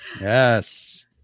Yes